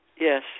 Yes